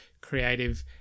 creative